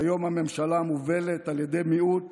היום הממשלה מובלת על ידי מיעוט